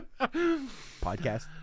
Podcast